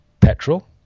petrol